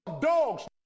dogs